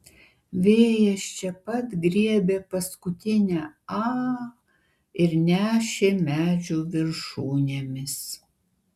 vėjas čia pat griebė paskutinę a ir nešė medžių viršūnėmis